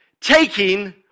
taking